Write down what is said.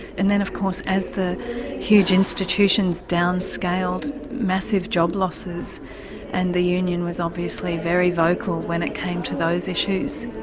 and then of course as the huge institutions down scaled, massive job losses and the union was obviously very vocal when it came to those issues.